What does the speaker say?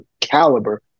caliber